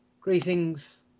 Greetings